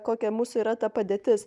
kokia mūsų yra ta padėtis